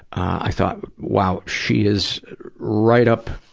i thought, wow, she is right up,